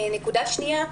נקודה שנייה,